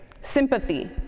sympathy